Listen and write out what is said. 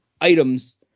items